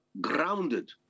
grounded